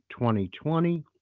2020